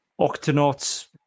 octonauts